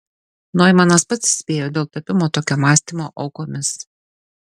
noimanas pats įspėjo dėl tapimo tokio mąstymo aukomis